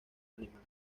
animal